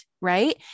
Right